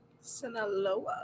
Sinaloa